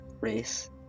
race